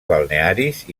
balnearis